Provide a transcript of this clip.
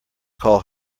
call